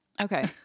Okay